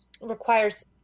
requires